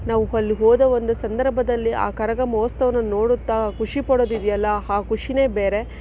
ನಾವು ಅಲ್ಲಿ ಹೋದ ಒಂದು ಸಂದರ್ಭದಲ್ಲಿ ಆ ಕರಗ ಮಹೋತ್ಸವವನ್ನು ನೋಡುತ್ತಾ ಖುಷಿ ಪಡೆಯೋದು ಇದೆಯಲ್ಲ ಆ ಖುಷಿನೇ ಬೇರೆ